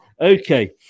Okay